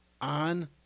on